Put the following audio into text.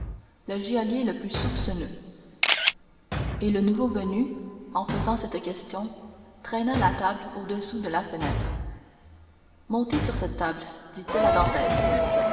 le geôlier le plus soupçonneux et le nouveau venu en faisant cette question traîna la table au-dessous de la fenêtre montez sur cette table dit-il à